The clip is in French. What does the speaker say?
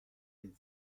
les